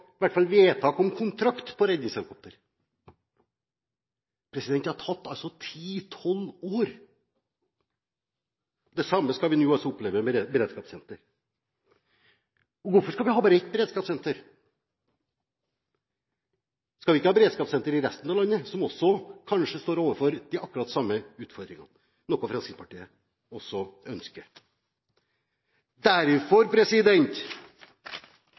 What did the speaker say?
hvert fall gjøre vedtak om kontrakt knyttet til redningshelikopter. Det har tatt ti–tolv år. Det samme skal vi altså oppleve med et beredskapssenter. Hvorfor skal vi ha bare ett beredskapssenter? Skal vi ikke ha beredskapssentre i resten av landet, som kanskje også står overfor akkurat de samme utfordringene? Det er noe Fremskrittspartiet